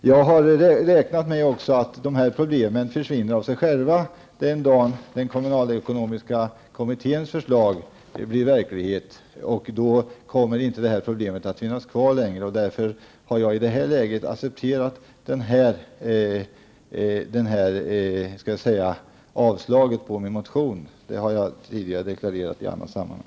Jag har räknat med att dessa problem försvinner av sig själva den dag den kommunalekonomiska kommitténs förslag genomförs. Då kommer problemen inte att finnas kvar längre. Därför har jag i dag accepterat att min motion har avstyrkts. Det har jag tidigare deklarerat i annat sammanhang.